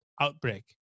outbreak